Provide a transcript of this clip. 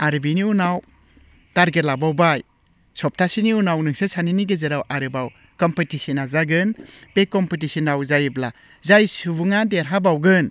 आरो बिनि उनाव टारगेट लाबावबाय सप्तासेनि उनाव नोंसोर सानैनि गेजेराव आरोबाव कम्पिटिशनआ जागोन बे कम्पिटिशनआव जायोब्ला जाय सुबुङा देरहाबावगोन